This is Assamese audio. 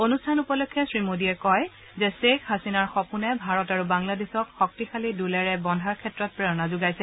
অনুষ্ঠান উপলক্ষে শ্ৰী মোডীয়ে কয় যে শ্বেখ হাছিনাৰ সপোনে ভাৰত আৰু বাংলাদেশক শক্তিশালী ডোলেৰে বন্ধাৰ ক্ষেত্ৰত প্ৰেৰণা যোগাইছে